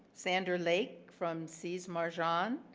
sander lake from sies marjan,